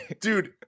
Dude